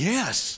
Yes